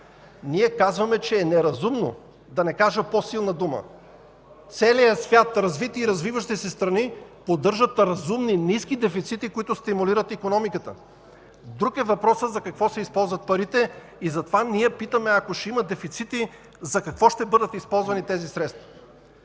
Ние казваме, че е неразумно, да не кажа по-силна дума. Целият свят, развити и развиващи се страни поддържат разумни, ниски дефицити, които стимулират икономиката! Друг е въпросът за какво се използват парите. Затова ние питаме: ако ще има дефицити, за какво ще бъдат използвани тези средства?